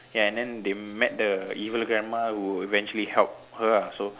and then they met the evil grandma who eventually help her lah so